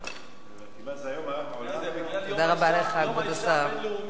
התשע"ב 2011,